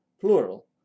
plural